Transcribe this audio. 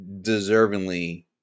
deservingly